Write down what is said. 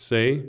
Say